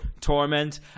torment